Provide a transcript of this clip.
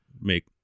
make